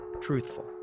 truthful